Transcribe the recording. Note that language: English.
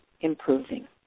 improving